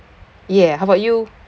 yeah how about you